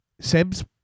Seb's